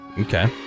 Okay